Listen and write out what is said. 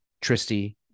Tristy